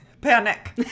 Panic